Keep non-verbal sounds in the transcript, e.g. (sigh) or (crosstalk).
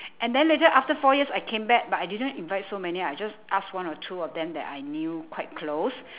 (breath) and then later after four years I came back but I didn't invite so many I just ask one or two of them that I knew quite close